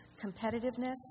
competitiveness